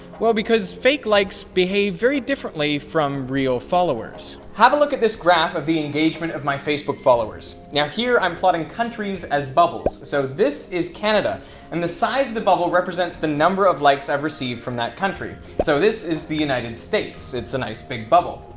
well because fake likes behave very differently from real followers. have a look at this graph of the engagement of my facebook followers. yeah here i'm plotting countries as bubbles, so this is canada and the size represents the number of likes i've received from that country. so this is the united states, it's a nice big bubble.